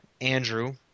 Andrew